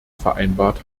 vereinbart